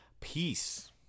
peace